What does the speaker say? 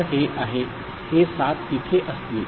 तर हे आहे हे सात तिथे असतील